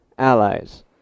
allies